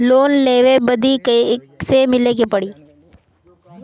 Loan लेवे बदी कैसे मिले के पड़ी?